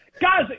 Guys